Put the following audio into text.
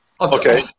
Okay